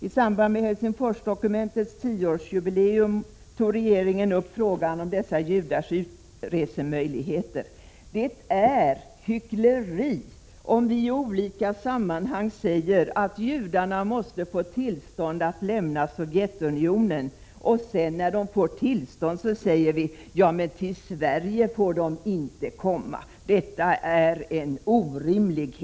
I samband med Helsingforsdokumentets tioårsjubileum tog regeringen upp frågan om dessa judars utresemöjligheter. Det är hyckleri om vi i olika sammanhang säger att judarna måste få tillstånd att lämna Sovjetunionen och sedan, när de får utresetillstånd, säga: Till Sverige får de inte komma. Detta är helt klart orimligt.